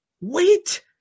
Wait